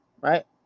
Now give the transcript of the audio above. right